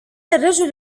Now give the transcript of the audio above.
الرجل